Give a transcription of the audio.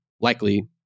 likely